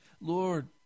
Lord